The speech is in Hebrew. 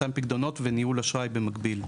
מתן פיקדונות וניהול אשראי במקביל.